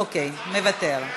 אוקיי, מוותר.